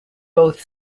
both